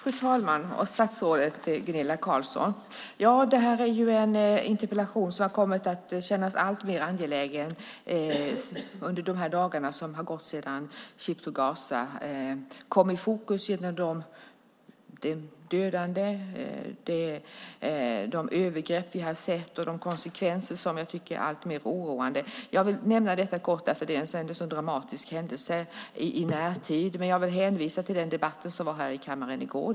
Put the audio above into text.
Fru talman! Statsrådet Gunilla Carlsson! Det här är en interpellation som kommit att kännas alltmer angelägen under de dagar som gått sedan Ship to Gaza kom i fokus genom det dödande och de övergrepp vi kunnat se. Konsekvenserna känns alltmer oroande. Jag vill nämna det kort eftersom det är en så dramatisk händelse i närtid. Samtidigt vill jag hänvisa till den debatt som hölls i kammaren i går.